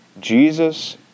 Jesus